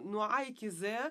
nuo a iki z